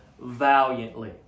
valiantly